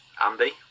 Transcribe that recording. Andy